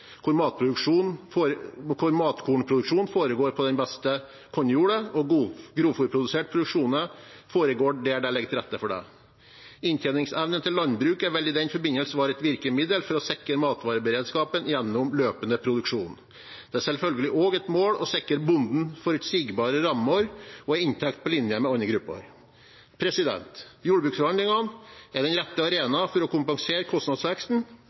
hvor matkornproduksjonen foregår på den beste kornjorda, og hvor grovfôrbaserte produksjoner foregår der det ligger til rette for det. Inntjeningsevnen til landbruket vil i den forbindelse være et virkemiddel for å sikre matvareberedskapen gjennom løpende produksjon. Det er selvfølgelig også et mål å sikre bonden forutsigbare rammer og en inntekt på linje med andre grupper. Jordbruksforhandlingene er den rette arenaen for å kompensere kostnadsveksten,